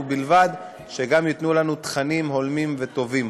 ובלבד שגם ייתנו לנו תכנים הולמים וטובים.